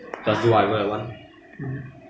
cause I watch halfway I haven't watch finished then I come out